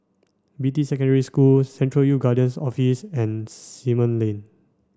Beatty Secondary School Central Youth Guidance Office and Simon Lane